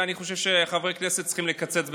ואני חושב שחברי הכנסת צריכים לקצץ בשכרם,